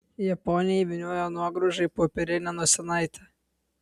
japonė įvynioja nuograužą į popierinę nosinaitę